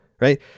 right